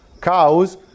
Cows